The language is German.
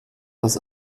dass